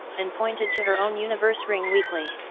and pointed to her own universe ring weakly.